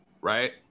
right